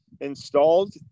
installed